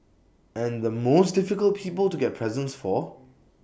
and the most difficult people to get presents for